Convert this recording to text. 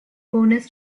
bonus